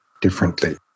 differently